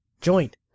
joint